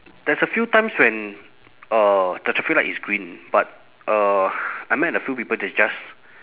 there's a few times when uh the traffic light is green but uh I met a few people they just